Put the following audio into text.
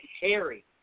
Harry